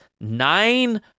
nine